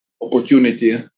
opportunity